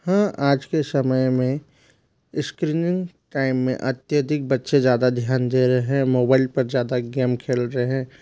हाँ आज के समय में इस्क्रीनिंग टाइम में अत्यधिक बच्चे ज़्यादा ध्यान दे रहे हैं मोबाइल पर ज़्यादा गेम खेल रहे हैं